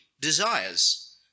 desires